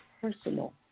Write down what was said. personal